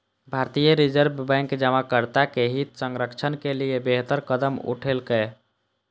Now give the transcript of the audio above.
भारतीय reserve bank जमाकर्ता के हित संरक्षण के लिए बेहतर कदम उठेलकै